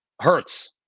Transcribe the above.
Hurts